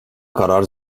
karar